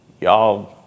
Y'all